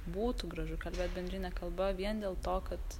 būtų gražu kalbėt bendrine kalba vien dėl to kad